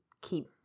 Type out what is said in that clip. keep